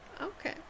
Okay